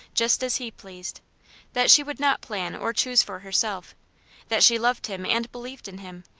just as he pleased that she would not plan or choose for herself that she loved him and believed in him,